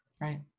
right